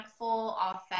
authentic